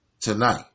tonight